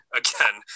again